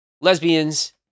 lesbians